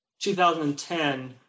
2010